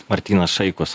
martynas šaikus